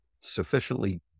sufficiently